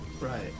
right